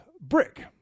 brick